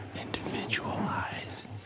individualize